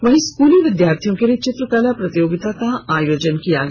वहीं स्कूली विद्यार्थियों के लिए चित्रकला प्रतियोगिता का आयोजन किया गया